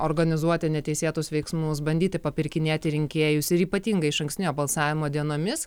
organizuoti neteisėtus veiksmus bandyti papirkinėti rinkėjus ir ypatingai išankstinio balsavimo dienomis